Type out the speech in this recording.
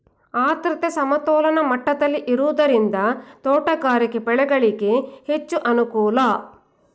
ಆದ್ರತೆ ಸಮತೋಲನ ಮಟ್ಟದಲ್ಲಿ ಇರುವುದರಿಂದ ತೋಟಗಾರಿಕೆ ಬೆಳೆಗಳಿಗೆ ಹೆಚ್ಚು ಅನುಕೂಲ